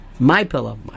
mypillow